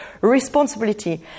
responsibility